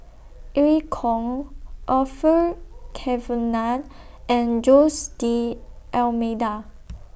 EU Kong Orfeur Cavenagh and Jose D'almeida